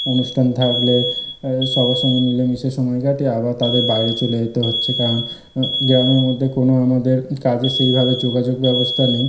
অনুষ্ঠান থাকলে সবার সঙ্গে মিলে মিশে সময় কাটে আবার তাদের বাইরে চলে যেতে হচ্ছে কারণ গ্রামের মধ্যে কোনো আমাদের কাজের সেই ভাবে যোগাযোগ ব্যবস্থা নেই